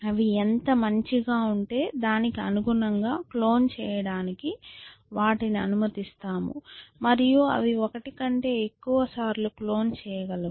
అవి ఎంత మంచి గా ఉంటే దానికి అనుగుణం గా క్లోన్ చేయడానికి వాటిని అనుమతిస్తాము మరియు అవి ఒకటి కంటే ఎక్కువసార్లు క్లోన్ చేయగలవు